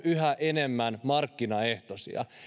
yhä enemmän markkinaehtoisia